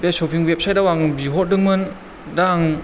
बे shopping website आव आं बिहरदोंमोन दा आं